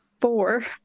Four